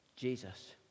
Jesus